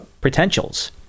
potentials